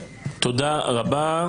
תודה רבה.